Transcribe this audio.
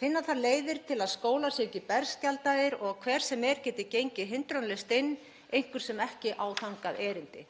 Finna þarf leiðir til að skólar séu ekki berskjaldaðir og hver sem er geti gengið hindrunarlaust inn, einhver sem ekki á þangað erindi.